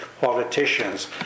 politicians